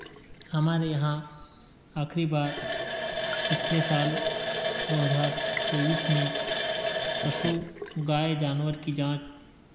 हमारे यहाँ आखिरी बार पिछले साल दो हज़ार तेइस में पशु गाय जानवर की जाँच